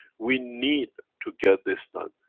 we need to get this done.